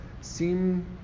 seem